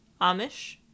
Amish